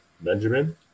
Benjamin